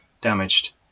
damaged